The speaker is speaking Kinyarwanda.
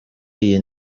iyi